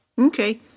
okay